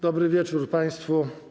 Dobry wieczór państwu.